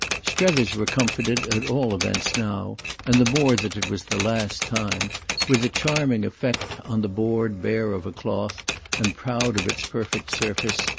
strether's were comforted at all events now and the more that it was the last time with the charming effect, on the board bare of a cloth and proud of its perfect surface,